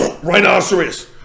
Rhinoceros